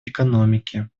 экономики